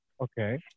Okay